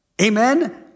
Amen